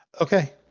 Okay